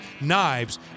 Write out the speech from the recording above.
knives